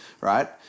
Right